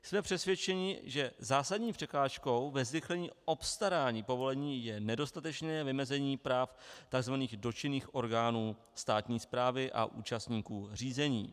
Jsme přesvědčeni, že zásadní překážkou ve zrychlení obstarání povolení je nedostatečné vymezení práv tzv. dotčených orgánů státní správy a účastníků řízení.